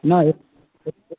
না